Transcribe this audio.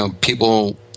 people